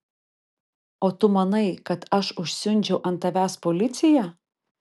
o tu manai kad aš užsiundžiau ant tavęs policiją